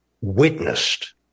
witnessed